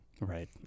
Right